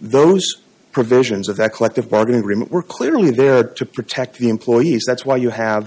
those provisions of that collective bargaining agreement were clearly there to protect the employees that's why you have